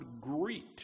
greet